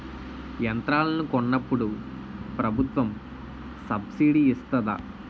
యంత్రాలను కొన్నప్పుడు ప్రభుత్వం సబ్ స్సిడీ ఇస్తాధా?